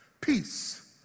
peace